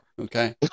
okay